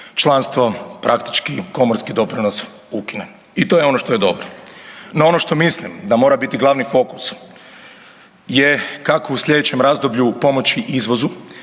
članstvo praktički komorski doprinos ukine i to je ono što je dobro. No ono što mislim da mora biti glavni fokus je kako u sljedećem razdoblju pomoći izvozu,